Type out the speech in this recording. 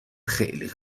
خیلی